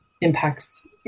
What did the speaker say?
impacts